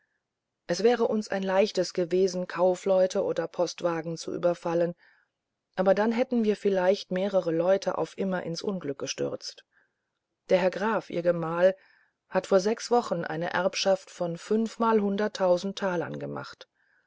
es wäre uns ein leichtes gewesen kaufleute oder postwagen zu überfallen aber dann hätten wir vielleicht mehrere leute auf immer ins unglück gestürzt der herr graf ihr gemahl hat vor sechs wochen eine erbschaft von fünfmalhunderttausend talern gemacht